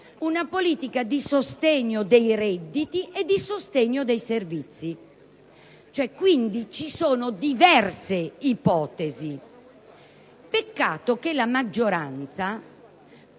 una politica di sostegno dei redditi e dei servizi. Quindi ci sono diverse ipotesi. Peccato che la maggioranza,